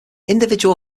individual